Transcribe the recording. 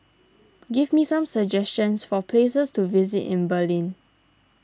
give me some suggestions for places to visit in Berlin